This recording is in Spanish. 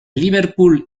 liverpool